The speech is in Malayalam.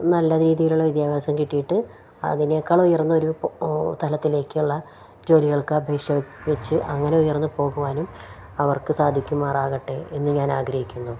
നല്ല രീതിയിലുള്ള വിദ്യാഭ്യാസം കിട്ടിയിട്ട് അതിനേക്കാളുയർന്ന ഒരു തലത്തിലേക്കുള്ള ജോലികൾക്ക് അപേക്ഷവച്ച് അങ്ങനെ ഉയർന്നു പോകുവാനും അവർക്കു സാധിക്കുമാറാകട്ടെ എന്നു ഞാൻ ആഗ്രഹിക്കുന്നു